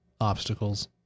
obstacles